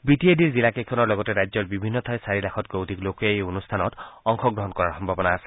B T A ডিৰ জিলাকেইখনৰ লগতে ৰাজ্যৰ বিভিন্ন ঠাইৰ চাৰি লাখতকৈও অধিক লোকে এই অনুষ্ঠানত অংশগ্ৰহণ কৰাৰ সম্ভাৱনা আছে